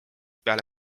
peale